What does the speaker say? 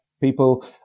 people